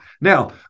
Now